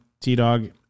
T-Dog